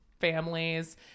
families